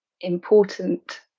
important